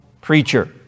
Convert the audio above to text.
preacher